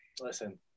Listen